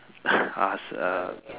ask uh